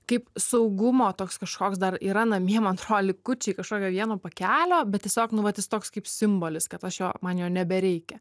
kaip saugumo toks kažkoks dar yra namie man atrodo likučiai kažkokio vieno pakelio bet tiesiog nu vat jis toks kaip simbolis kad aš jo man jo nebereikia